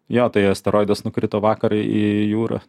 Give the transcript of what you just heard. jo tai asteroidas nukrito vakar į jūrą